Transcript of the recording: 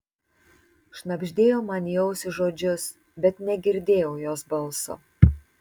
šnabždėjo man į ausį žodžius bet negirdėjau jos balso